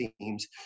teams